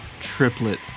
triplet